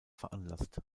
veranlasst